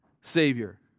Savior